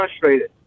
frustrated